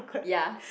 ya